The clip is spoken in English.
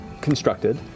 constructed